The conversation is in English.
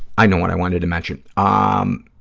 i know what i wanted to mention. um